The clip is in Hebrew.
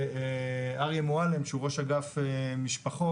ואריה מועלם שהוא ראש אגף משפחות,